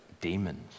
demons